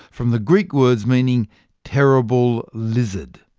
from the greek words meaning terrible lizard.